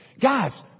Guys